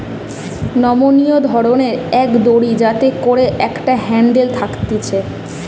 নমনীয় ধরণের এক দড়ি যাতে করে একটা হ্যান্ডেল থাকতিছে